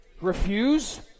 refuse